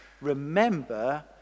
remember